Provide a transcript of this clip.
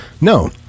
No